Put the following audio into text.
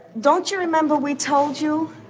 don't you remember we told you?